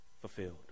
fulfilled